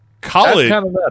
college